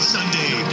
Sunday